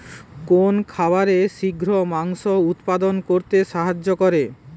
কোন খাবারে শিঘ্র মাংস উৎপন্ন করতে সাহায্য করে?